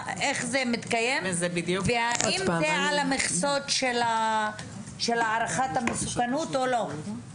איך זה מתקיים והאם זה על המכסות של הערכת המסוכנות או לא?